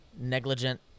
negligent